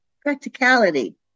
practicality